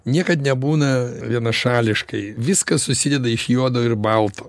niekad nebūna vienašališkai viskas susideda iš juodo ir balto